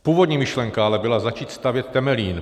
Původní myšlenka ale byla začít stavět Temelín.